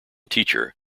teacher